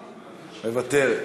מוותרת,